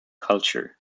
culture